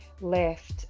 left